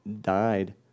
died